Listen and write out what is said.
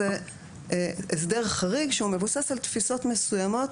זה הסדר חריג שמבוסס על תפיסות מסוימות,